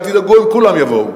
אל תדאגו, הם כולם יבואו,